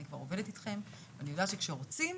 אני כבר עובדת אתכם ואני יודעת כשרוצים,